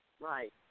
Right